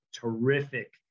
terrific